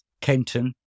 Kenton